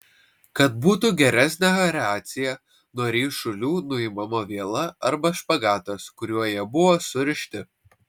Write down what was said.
kad būtų geresnė aeracija nuo ryšulių nuimama viela arba špagatas kuriuo jie buvo surišti